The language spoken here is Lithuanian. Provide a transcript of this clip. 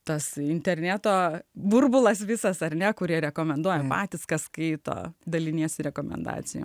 tas interneto burbulas visas ar ne kurie rekomenduoja matęs ką skaito daliniesi rekomendacijom